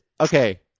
okay